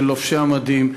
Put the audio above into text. של לובשי המדים.